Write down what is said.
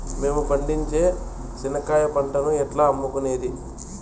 మేము పండించే చెనక్కాయ పంటను ఎట్లా అమ్ముకునేది?